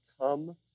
come